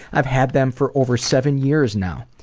i've had them for over seven years now.